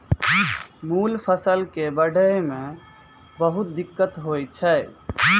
मूल फसल कॅ बढ़ै मॅ बहुत दिक्कत होय छै